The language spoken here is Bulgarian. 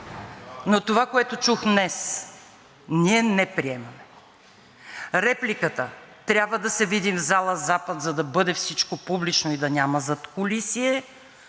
но това, което чух днес, ние не приемаме. Репликата: „трябва да се видим в зала „Запад“, за да бъде всичко публично и да няма задкулисие,